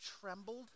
trembled